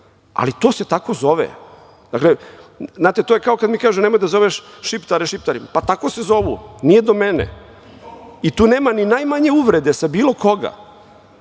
ali to se tako zove. Znate, to je kao kada mi kažu nemoj da zoveš Šiptare Šiptarima. Pa, tako se zovu, nije do mene i tu nema ni najmanje uvrede za bilo